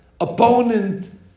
opponent